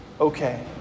okay